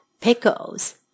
Pickles